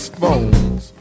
phones